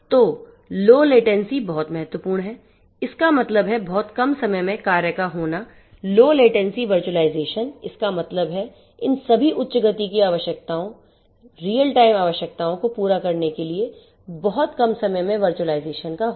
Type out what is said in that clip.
तो low latency बहुत महत्वपूर्ण है इसका मतलब है बहुत कम समय में कार्य का होना लो लेटेंसी वर्चुअलाइजेशन इसका मतलब है इन सभी उच्च गति की आवश्यकताओं रीयलटाइम आवश्यकता को पूरा करने के लिए बहुत कम समय में वर्चुलाइजेशन का होना